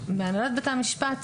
והנהלת בתי-המשפט